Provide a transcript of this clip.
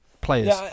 players